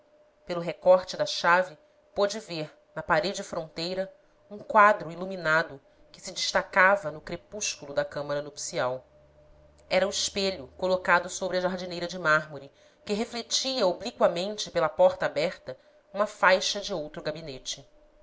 pelo recorte da chave pôde ver na parede fronteira um quadro iluminado que se destacava no crepúsculo da câmara nupcial era o espelho colocado sobre a jardineira de mármore que refletia obliquamente pela porta aberta uma faixa de outro gabinete